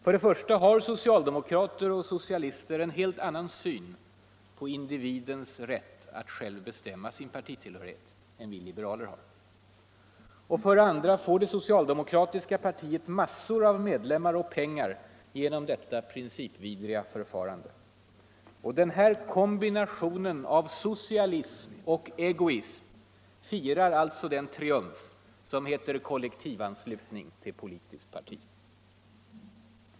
För det första har socialdemokrater och socialister en helt annan syn på individens rätt att själv bestämma sin partitillhörighet än vi liberaler har. För det andra får det socialdemokratiska partiet massor av medlemmar och pengar genom detta principvidriga förfarande. Den här kombinationen av socialism och egoism firar alltså den triumf som heter kollektivanslutning till politiskt parti.